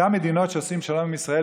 אותן מדינות שעושות שלום עם ישראל,